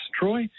Troy